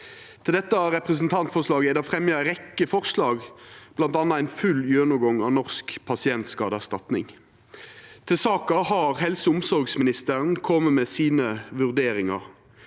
Til dette representantforslaget er det fremja ei rekkje forslag, bl.a. ein full gjennomgang av Norsk pasientskadeerstatning. Til saka har helse- og omsorgsministeren kome med sine vurderingar.